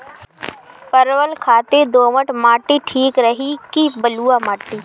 परवल खातिर दोमट माटी ठीक रही कि बलुआ माटी?